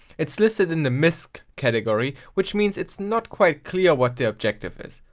it's listed in the misc category, which means it's not quite clear what the objective is.